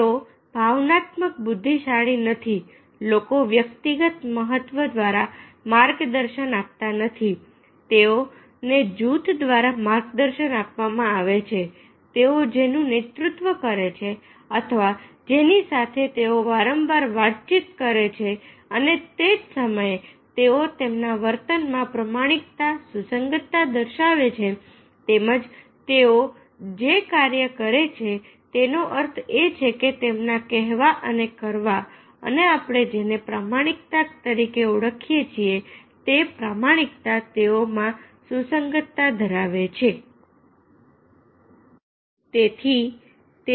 તેઓ ભાવનાત્મક બુદ્ધીશાળી નથી લોકો વ્યક્તિગત મહત્વ દ્વારા માર્ગદર્શન આપતા નથી તેઓ ને જૂથ દ્વારા માર્ગદર્શન આપવામાં આવે છે તેઓ જેનું નેતૃત્વ કરે છે અથવા જેની સાથે તેઓ વારંવાર વાતચીત કરે છે અને તે જ સમયે તેઓ તેમના વર્તનમાં પ્રમાણિકતા સુસંગત દર્શાવે છે તેમજ તેઓ જે કાર્ય કરે છે તેનો અર્થ એ છે કે તેમના કહેવા અને કરવા અને આપણે જેને પ્રમાણિકતા તરીકે ઓળખીએ છીએ તે પ્રમાણિકતા તેઓ માં સુસંગતતા ધરાવે છે